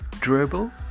Dribble